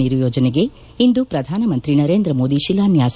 ನೀರು ಯೋಜನೆಗೆ ಇಂದು ಪ್ರಧಾನಮಂತ್ರಿ ನರೇಂದ್ರ ಮೋದಿ ಶಿಲಾನ್ಲಾಸ